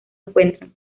encuentran